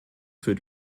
für